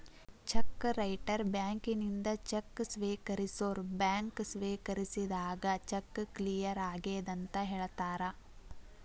check writer ಬ್ಯಾಂಕಿನಿಂದ cheque ಸ್ವೇಕರಿಸೋರ್ bank ಸ್ವೇಕರಿಸಿದಾಗ ಚೆಕ್ ಕ್ಲಿಯರ್ ಆಗೆದಂತ ಹೇಳ್ತಾರ